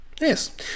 Yes